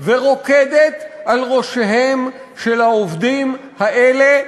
ורוקדת על ראשיהם של העובדים האלה,